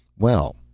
well.